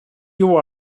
you